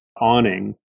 awning